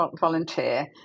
volunteer